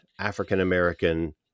african-american